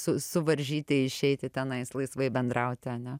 su suvaržyti išeiti tenais laisvai bendrauti ane